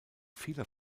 vieler